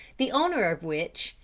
the owner of which,